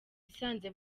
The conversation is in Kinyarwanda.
isanze